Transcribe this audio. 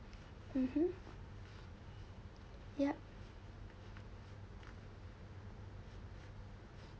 mmhmm yup